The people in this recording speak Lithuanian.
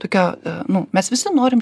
tokio nu mes visi norim